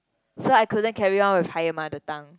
so I couldn't carry on with higher mother tongue